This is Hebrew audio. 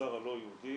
במגזר הלא יהודי,